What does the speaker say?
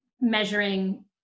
measuring